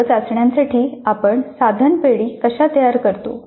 वर्ग चाचण्यांसाठी आपण साधन पेढी कशा तयार करतो